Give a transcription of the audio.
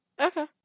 Okay